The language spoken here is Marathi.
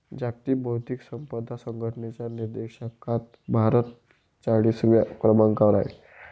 जागतिक बौद्धिक संपदा संघटनेच्या निर्देशांकात भारत चाळीसव्या क्रमांकावर आहे